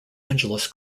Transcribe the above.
angeles